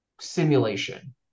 simulation